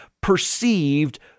perceived